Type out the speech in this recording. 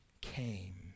came